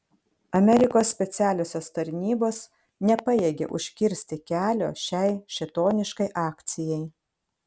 amerikos specialiosios tarnybos nepajėgė užkirsti kelio šiai šėtoniškai akcijai